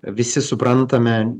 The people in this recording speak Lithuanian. visi suprantame